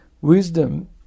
Wisdom